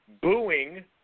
booing